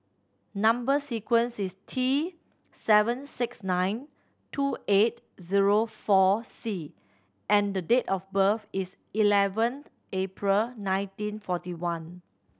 number sequence is T seven six nine two eight zero four C and the date of birth is eleventh April nineteen forty one